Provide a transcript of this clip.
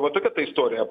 va tokia ta istorija